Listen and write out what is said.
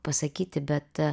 pasakyti bet